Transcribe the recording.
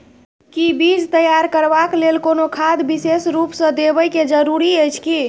कि बीज तैयार करबाक लेल कोनो खाद विशेष रूप स देबै के जरूरी अछि की?